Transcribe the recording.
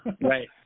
Right